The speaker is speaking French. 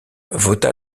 vota